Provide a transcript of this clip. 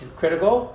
critical